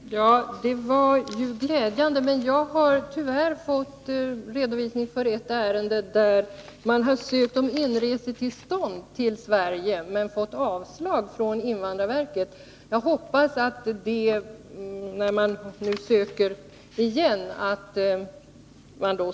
Herr talman! Det var i och för sig glädjande att höra detta, men jag har Tisdagen den tyvärr fått redovisning för ett ärende där det rört sig om att inresetillstånd till 24 mars 1981 Sverige har sökts men vederbörande har fått avslag från invandrarverket.